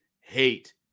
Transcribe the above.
hate